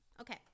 Okay